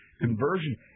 Conversion